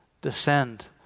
descend